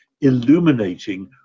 illuminating